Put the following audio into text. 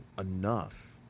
enough